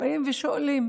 באים ושואלים